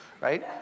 right